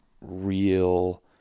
real